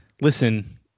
listen